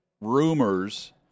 rumors